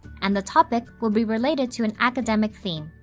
and the topic will be related to an academic theme.